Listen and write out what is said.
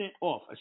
off